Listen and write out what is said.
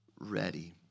ready